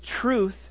truth